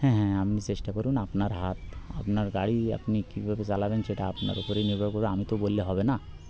হ্যাঁ হ্যাঁ আপনি চেষ্টা করুন আপনার হাত আপনার গাড়ি আপনি কীভাবে চালাবেন সেটা আপনার ওপরেই নির্ভর করে আমি তো বললে হবে না